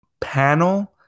Panel